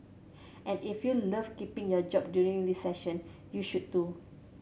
and if you love keeping your job during recession you should too